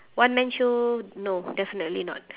one man show no definitely not